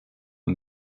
and